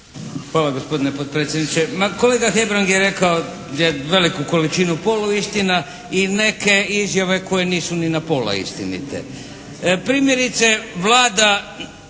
Hvala gospodine potpredsjedniče. Ma kolega Hebrang je rekao veliku količinu poluistina i neke izjave koje nisu ni na pola istinite. Primjerice Vlada